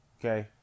Okay